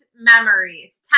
memories